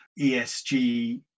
ESG